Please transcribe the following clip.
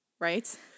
Right